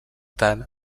tant